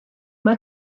mae